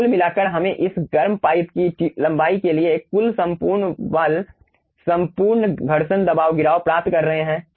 तो कुल मिलाकर हमें इस गर्म पाइप की लंबाई के लिए कुल संपूर्ण बल संपूर्ण घर्षण दबाव गिराव प्राप्त कर रहे हैं